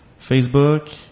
Facebook